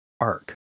arc